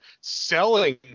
selling